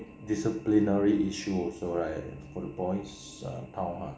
disciplinary issues also right for the boys' err town !huh!